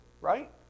right